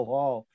Hall